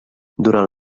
durant